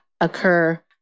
occur